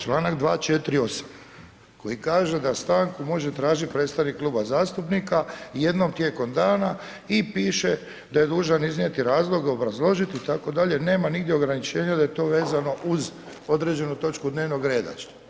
Članak 248., koji kaže da stanku može tražiti predstavnik Kluba zastupnika jednom tijekom dana, i piše da je dužan iznijeti razlog, obrazložit i tako dalje, nema nigdje ograničenja da je to vezano uz određenu točku dnevnog reda.